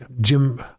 Jim